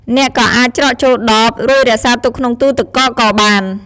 អ្នកក៏អាចច្រកចូលដប រួចរក្សាទុកក្នុងទូរទឹកកកក៏បាន។